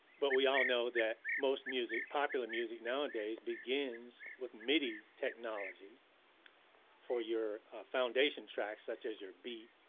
but we all know that most music, popular music nowadays, begins with midi technology for your foundation tracks such as your beat,